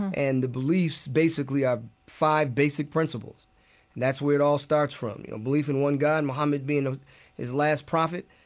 and the beliefs basically are five basic principles, and that's where it all starts from, you know, belief in one god, muhammad being his last prophet.